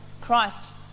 Christ